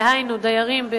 דהיינו דיירים,